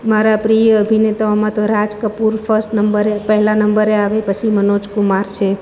મારા પ્રિય અભિનેતાઓમાં તો રાજ કપુર ફર્સ્ટ નંબરે પહેલા નંબરે આવે પછી મનોજ કુમાર છે